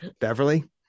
Beverly